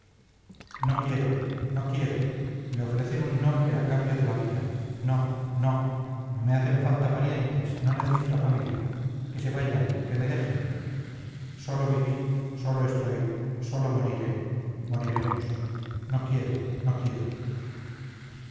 no quiero no quiero me ofrecen un nombre a cambio de la vida no no no me hacen falta parientes no necesito familia que se vayan que me dejen solo viví solo estoy solo moriré moriremos no quiero no quiero